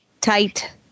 Tight